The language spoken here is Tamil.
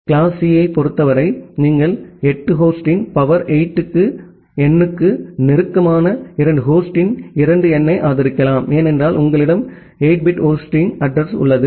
கிளாஸ் C ஐப் பொறுத்தவரை நீங்கள் 8 ஹோஸ்டின் சக்தி 8 எண்ணுக்கு நெருக்கமான 2 ஹோஸ்டின் 2 எண்ணை ஆதரிக்கலாம் ஏனென்றால் உங்களிடம் 8 பிட் ஹோஸ்ட் அட்ரஸிங்உள்ளது